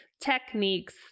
techniques